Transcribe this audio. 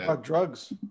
Drugs